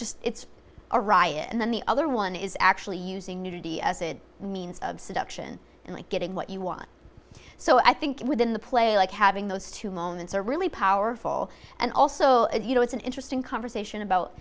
just it's a riot and then the other one is actually using nudity as it means of seduction and getting what you want so i think within the play like having those two moments are really powerful and also you know it's an interesting conversation about